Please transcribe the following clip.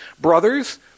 Brothers